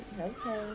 Okay